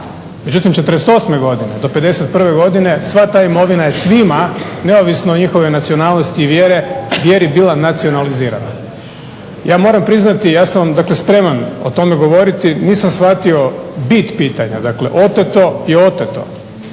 Međutim, '48. godine do '51. godine sva ta imovina je svima, neovisno o njihovoj nacionalnosti i vjeri, bila nacionalizirana. Ja moram priznati, ja sam dakle spreman o tome govoriti, nisam shvatio bit pitanja. Dakle, oteto je oteto.